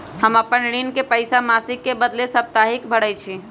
हम अपन ऋण के पइसा मासिक के बदले साप्ताहिके भरई छी